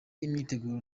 imyiteguro